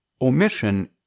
omission